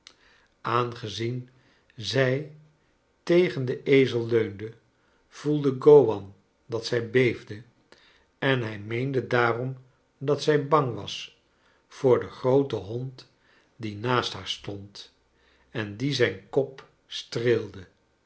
aangezien zij tegen den ezel leunde voelde g owan dat zij beefde en hij meende daarom dat zij bang was voor den grooten hond die naast haar stond en dien zij den kop